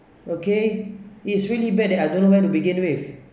okay it's really bad that I don't know where to begin with